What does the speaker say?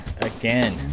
again